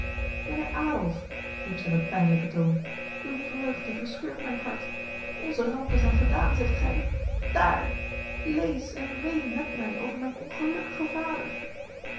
mijnheer adolf riep zij met pijnlijke toon uw vreugde verscheurt mijn hart onze rampen zijn gedaan zegt gij daar lees en ween met mij over mijn ongelukkige vader